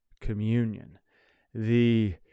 communion—the